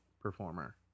performer